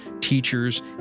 teachers